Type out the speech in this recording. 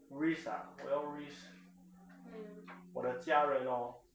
risk ah risk 我要 risk 我的家人 lor